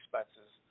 expenses